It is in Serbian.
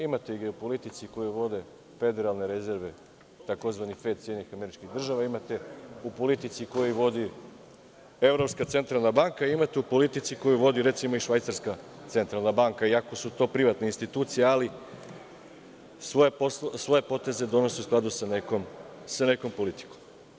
Imate ga i u politici koju vode Federalne rezerve tzv. FED SAD, imate u politici koju vodi Evropska centralna banka, imate u politici koju vodi, recimo Švajcarska centralna banka, iako su to privatne institucije, ali svoje poteze donose u skladu sa nekom politikom.